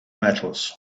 metals